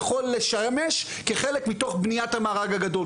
יכול לשמש כחלק מתוך בניית המארג הגדול,